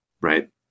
right